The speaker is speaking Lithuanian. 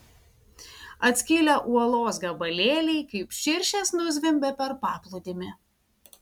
atskilę uolos gabalėliai kaip širšės nuzvimbė per paplūdimį